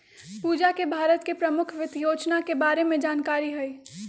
पूजा के भारत के परमुख वित योजना के बारे में जानकारी हई